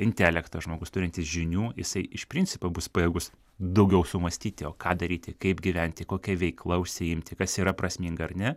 intelektą žmogus turintis žinių jisai iš principo bus pajėgus daugiau sumąstyti o ką daryti kaip gyventi kokia veikla užsiimti kas yra prasminga ar ne